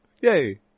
yay